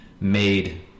made